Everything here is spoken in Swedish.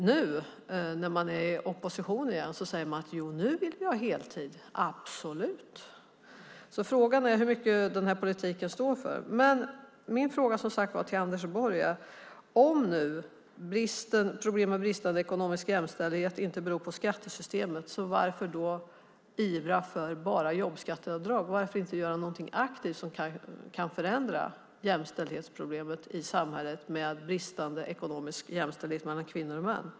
Nu när man är i opposition igen säger man: Jo, nu vill vi ha heltid - absolut. Frågan är alltså hur mycket den här politiken står för. Men min fråga till Anders Borg är: Om nu problemet med bristande ekonomisk jämställdhet inte beror på skattesystemet, varför då bara ivra för jobbskatteavdrag? Varför inte göra någonting aktivt som gör att man kan komma åt problemet i samhället med bristande ekonomisk jämställdhet mellan kvinnor och män?